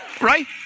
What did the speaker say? Right